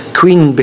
queen